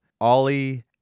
Ollie